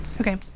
okay